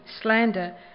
slander